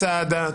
חבר הכנסת סעדה.